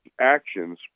actions